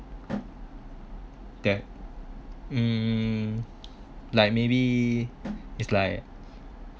debt like maybe it's like